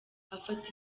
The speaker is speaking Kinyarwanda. afata